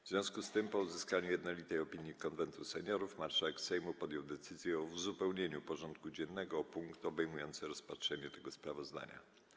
W związku z tym, po uzyskaniu jednolitej opinii Konwentu Seniorów, marszałek Sejmu podjął decyzję o uzupełnieniu porządku dziennego o punkt obejmujący rozpatrzenie tego sprawozdania.